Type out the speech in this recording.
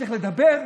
צריך לדבר,